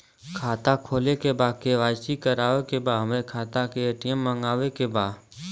खाता खोले के बा के.वाइ.सी करावे के बा हमरे खाता के ए.टी.एम मगावे के बा?